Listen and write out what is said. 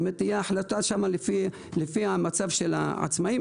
כלומר תהיה החלטה לפי מצב העצמאיים,